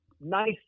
nice